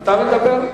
אתה מדבר?